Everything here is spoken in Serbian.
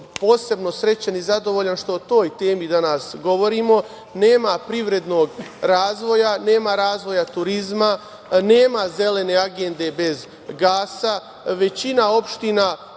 Posebno sam srećan i zadovoljan što o toj temi danas govorimo. Nema privrednog razvoja, nema razvoja turizma, nema zelene agende bez gasa.